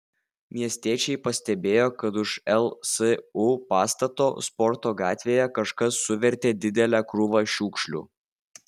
miestiečiai pastebėjo kad už lsu pastato sporto gatvėje kažkas suvertė didelę krūvą šiukšlių